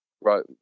right